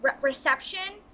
reception